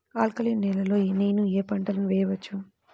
Alkaline నేలలో నేనూ ఏ పంటను వేసుకోవచ్చు?